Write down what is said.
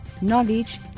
knowledge